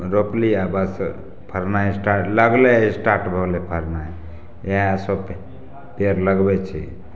रोपली आओर बस फड़नाइ स्टार्ट लगलै स्टार्ट भऽ गेलै फड़नाइ इएहसब पेड़ लगबै छी